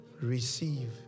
receive